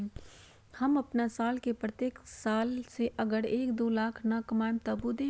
हम अपन साल के प्रत्येक साल मे अगर एक, दो लाख न कमाये तवु देम?